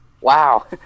Wow